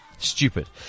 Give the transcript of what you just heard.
Stupid